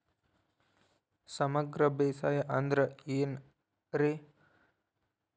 ಸಮಗ್ರ ಬೇಸಾಯ ಅಂದ್ರ ಏನ್ ರೇ?